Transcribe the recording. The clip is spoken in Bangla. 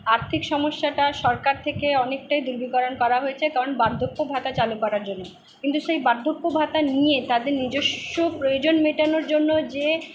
আর্থিক সমস্যাটা সরকার থেকে অনেকটাই দূরীকরণ করা হয়েছে কারণ বার্ধক্যভাতা চালু করার জন্য কিন্তু সেই বার্ধক্যভাতা নিয়ে তাদের নিজস্ব প্রয়োজন মেটানোর জন্য যে